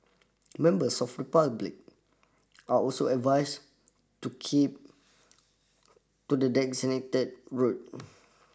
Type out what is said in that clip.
members of the public are also advised to keep to the designated route